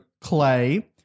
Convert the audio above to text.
clay